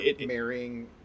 marrying